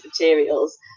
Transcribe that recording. materials